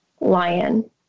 lion